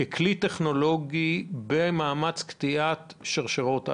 ככלי טכנולוגי במאמץ לקטיעת שרשראות ההדבקה.